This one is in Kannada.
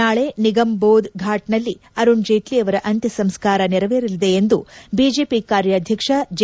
ನಾಳೆ ನಿಗಮ್ಬೋದ್ ಫಾಟ್ನಲ್ಲಿ ಅರುಣ್ ಜೇಟ್ಲ ಅವರ ಅಂತ್ಯಸಂಸ್ಕಾರ ನೆರವೇರಲಿದೆ ಎಂದು ಬಿಜೆಪಿ ಕಾರ್ಯಾಧ್ಯಕ್ಷ ಜೆ